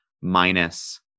minus